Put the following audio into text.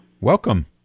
Welcome